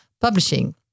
publishing